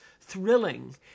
thrilling